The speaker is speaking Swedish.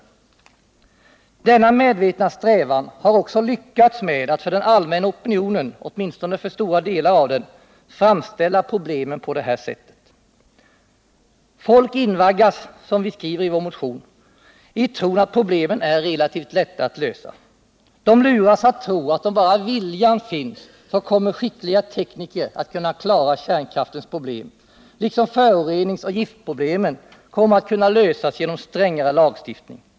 Genom denna medvetna strävan har man också lyckats med att för den allmänna opinionen, åtminstone för stora delar av den, framställa problemen på det här sättet. Folk invaggas, som vi skriver i vår motion, i tron att problemen är relativt lätta att lösa. De luras att tro att om bara viljan finns så kommer skickliga tekniker att kunna klara kärnkraftens problem, liksom föroreningsoch giftproblemen kommer att kunna lösas genom strängare lagstiftning.